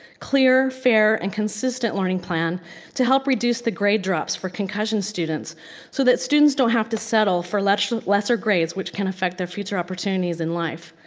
clear, fair, and consistent learning plan to help reduce the grade drops for concussion students so that students don't have to settle for less less her grades, which can affect their future opportunities in life.